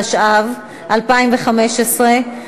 התשע"ו 2015,